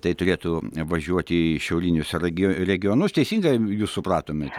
tai turėtų važiuoti į šiaurinius regio regionus teisingai jus supratome